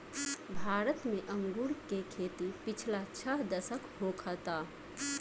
भारत में अंगूर के खेती पिछला छह दशक होखता